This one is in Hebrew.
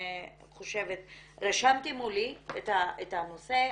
רשמתי מולי את הנושא.